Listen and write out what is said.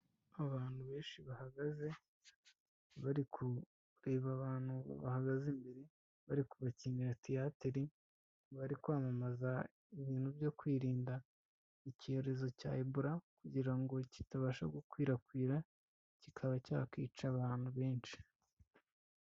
Abantu benshi bahagaze bari kureba abantu bahagaze imbere bari kubakinira theatre, bari kwamamaza ibintu byo kwirinda icyorezo cya ebora kugira ngo kitabasha gukwirakwira kikaba cyakwica abantu benshi.